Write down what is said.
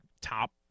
top